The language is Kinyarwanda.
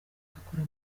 akora